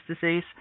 disease